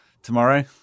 Tomorrow